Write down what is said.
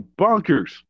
bonkers